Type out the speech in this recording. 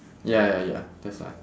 ya ya ya that's why